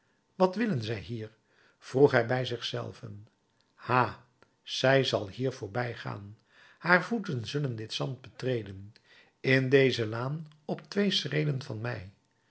wat willen zij hier vroeg hij bij zich zelven ha zij zal hier voorbijgaan haar voeten zullen dit zand betreden in deze laan op twee schreden van mij